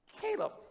Caleb